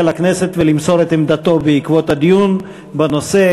לכנסת ולמסור את עמדתו בעקבות הדיון בנושא,